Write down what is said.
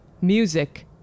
music